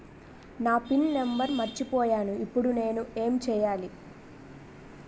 నా pin number మర్చిపోయాను ఇప్పుడు నేను ఎంచేయాలి?